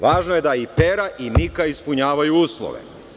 Važno je da i Pera i Mika ispunjavaju uslove.